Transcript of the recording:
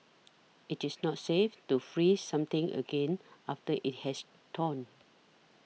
it is not safe to freeze something again after it has thawed